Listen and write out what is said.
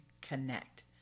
connect